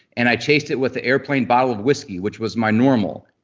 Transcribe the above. and i chased it with an airplane bottle of whiskey which was my normal.